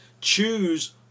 Choose